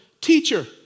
teacher